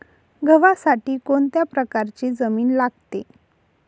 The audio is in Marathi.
गव्हासाठी कोणत्या प्रकारची जमीन लागते?